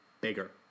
bigger